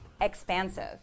expansive